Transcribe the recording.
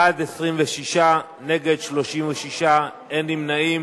בעד, 26, נגד, 36, אין נמנעים.